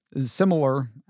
similar